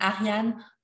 Ariane